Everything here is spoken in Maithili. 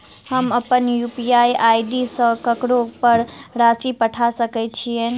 हम अप्पन यु.पी.आई आई.डी सँ ककरो पर राशि पठा सकैत छीयैन?